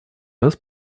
раз